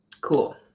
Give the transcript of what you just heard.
cool